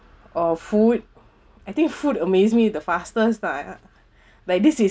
or food I think food amaze me the fastest lah like this is